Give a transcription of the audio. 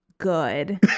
good